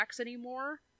anymore